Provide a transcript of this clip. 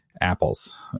apples